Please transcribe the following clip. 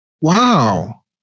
Wow